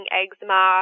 eczema